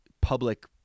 public